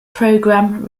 program